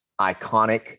iconic